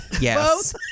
Yes